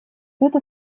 это